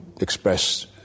express